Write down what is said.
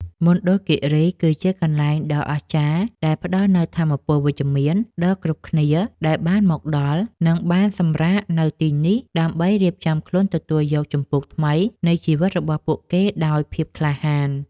មណ្ឌលគីរីគឺជាកន្លែងដ៏អស្ចារ្យដែលផ្តល់នូវថាមពលវិជ្ជមានដល់គ្រប់គ្នាដែលបានមកដល់ និង បានសម្រាកនៅទីនេះដើម្បីរៀបចំខ្លួនទទួលយកជំពូកថ្មីនៃជីវិតរបស់ពួកគេដោយភាពក្លាហាន។